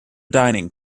dining